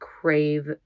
crave